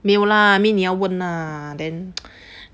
没有啦 I mean 你要问啊 then